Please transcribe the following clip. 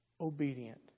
obedient